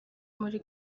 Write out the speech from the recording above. muri